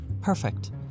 Perfect